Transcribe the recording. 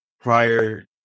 prior